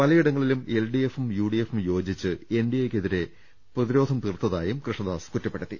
പല യിടങ്ങളിലും എൽഡിഎഫും യു ഡി എഫും യോജിച്ച് എൻ ഡി എയ്ക്കെതിരെ പ്രതിരോധം തീർത്തായും കൃഷ്ണ ദാസ് കുറ്റപ്പെടുത്തി